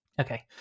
Okay